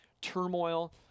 turmoil